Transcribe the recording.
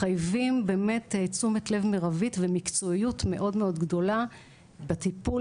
מחייבים באמת תשומת לב מירבית ומקצועיות מאוד גדולה בטיפול